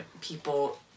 people